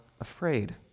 afraid